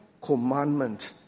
commandment